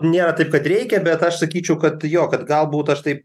nėra taip kad reikia bet aš sakyčiau kad jo kad galbūt aš taip